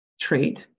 trade